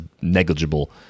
negligible